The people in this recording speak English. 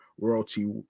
royalty